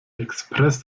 express